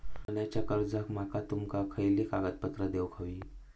सोन्याच्या कर्जाक माका तुमका खयली कागदपत्रा देऊक व्हयी?